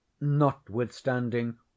notwithstanding